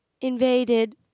invaded